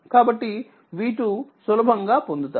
కాబట్టి V2 సులభంగా పొందుతారు